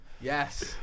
Yes